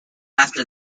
after